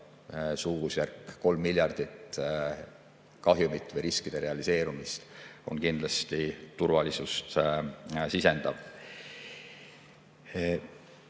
suurusjärgus 3 miljardit kahjumit või riskide realiseerumist on kindlasti turvalisust sisendav. Nii